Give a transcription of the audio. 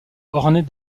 ornées